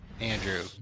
Andrew